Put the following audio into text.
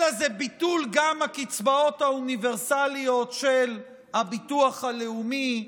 אלא זה גם ביטול הקצבאות האוניברסליות של הביטוח הלאומי,